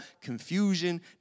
confusion